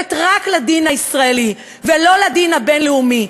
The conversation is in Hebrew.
מחויבת רק לדין הישראלי ולא לדין הבין-לאומי.